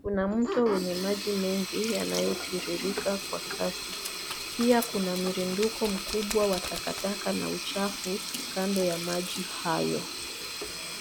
Kuna mto wenye maji mengi, yanayotiririka kwa kasi. Pia kuna mirinduko mkubwa wa takataka na uchafu kando ya maji hayo.